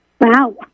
Wow